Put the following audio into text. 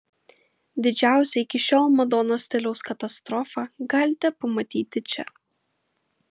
didžiausią iki šiol madonos stiliaus katastrofą galite pamatyti čia